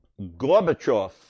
Gorbachev